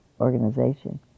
organization